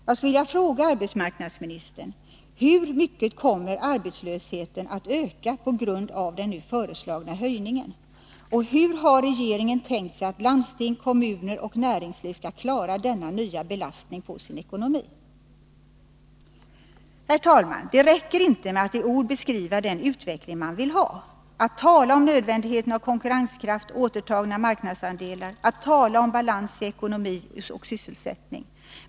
Jag skulle vilja fråga arbetsmarknadsministern hur mycket arbetslösheten kommer att öka på grund av den nu föreslagna höjningen och hur regeringen har tänkt sig att landsting, kommuner och näringsliv skall klara denna nya belastning på sin ekonomi. Herr talman! Det räcker inte med att i ord beskriva den utveckling man vill ha, att tala om nödvändigheten av konkurrenskraft och återtagna marknadsandelar, att tala om balans i ekonomi och sysselsättning.